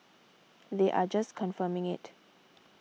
they are just confirming it